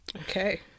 okay